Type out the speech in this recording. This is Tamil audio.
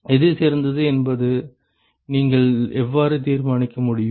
எது சிறந்தது என்பதை நீங்கள் எவ்வாறு தீர்மானிக்க முடியும்